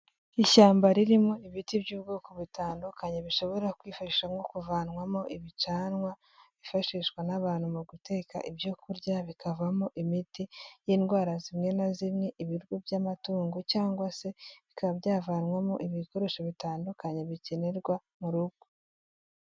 Ishyamba ririmo ibiti by'ubwoko butandukanye bishobora kwifasha nko kuvanwamo ibicanwa, byifashishwa n'abantu mu guteka ibyo kurya, bikavamo imiti y'indwara zimwe na zimwe, ibiryo by'amatungo cyangwa se bikaba byavanwamo ibikoresho bitandukanye bikenerwa mu rugo.